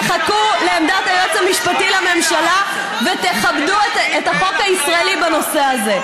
תחכו לעמדת היועץ המשפטי לממשלה ותכבדו את החוק הישראלי בנושא הזה.